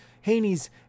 Haney's